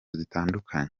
zitandukanye